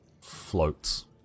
floats